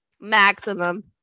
maximum